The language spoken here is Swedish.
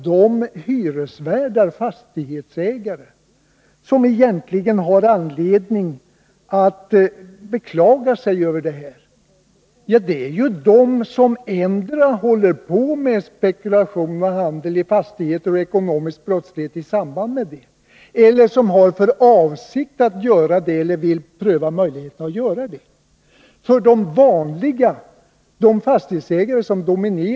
De hyresvärdar och fastighetsägare som har anledning att beklaga sig över förslaget är ju de som håller på med spekulation i fastighetshandel och med ekonomisk brottslighet, eller som har för avsikt att pröva möjligheter till det.